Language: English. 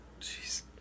Jeez